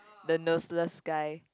the nerveless guy